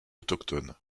autochtones